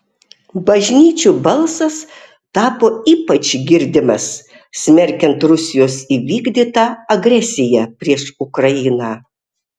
bažnyčių balsas tapo ypač girdimas smerkiant rusijos įvykdytą agresiją prieš ukrainą